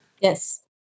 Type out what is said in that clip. Yes